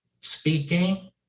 speaking